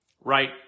right